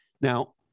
Now